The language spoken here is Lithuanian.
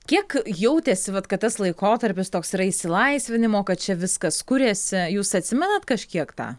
kiek jautėsi vat kad tas laikotarpis toks yra išsilaisvinimo kad čia viskas kuriasi jūs atsimenat kažkiek tą